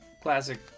Classic